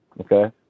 Okay